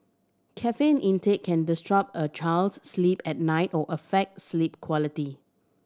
caffeine intake can disrupt a child's sleep at night or affect sleep quality